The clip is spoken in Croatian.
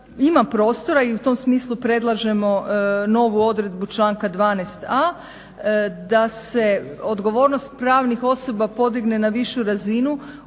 ima prostora i u tom smislu predlažemo novu odredbu članka 12.a da se odgovornost pravnih osoba podigne na višu razinu